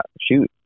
shoot